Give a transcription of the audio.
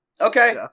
Okay